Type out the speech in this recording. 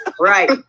Right